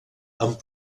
amb